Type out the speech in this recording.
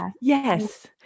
Yes